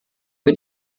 für